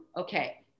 Okay